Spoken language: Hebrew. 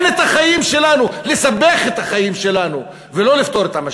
את החיים שלנו ולא לפתור את המשבר.